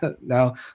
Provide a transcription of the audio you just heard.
now